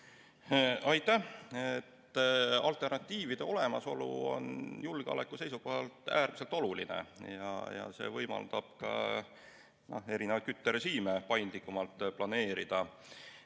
Aitäh! Alternatiivide olemasolu on julgeoleku seisukohalt äärmiselt oluline ja see võimaldab ka erinevaid kütterežiime paindlikumalt planeerida.